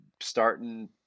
starting